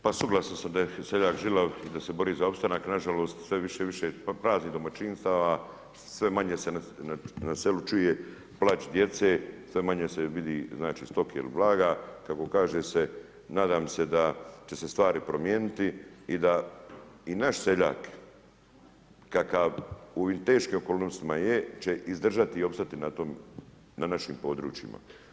Pa suglasan sam da je seljak žilav i da se bori za opstanak, nažalost, sve više i više praznih domaćinstava, sve manje se na selu čuje plač djece, sve manje se vidi, znači, stoke ili blaga, kako kaže se, nadam se da će se stvari promijeniti i da naš seljak kakav u ovim teškim okolnostima je, će izdržati i opstati na našim područjima.